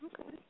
Okay